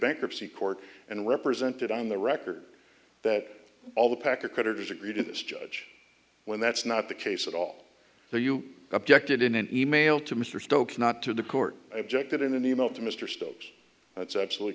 bankruptcy court and represented on the record that all the packer creditors agreed in this judge when that's not the case at all so you objected in an email to mr stokes not to the court objected in an e mail to mr stokes that's absolutely